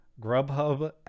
Grubhub